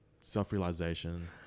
self-realization